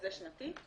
וזה שנתי?